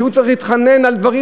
שהוא צריך להתחנן על דברים,